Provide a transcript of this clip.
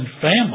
family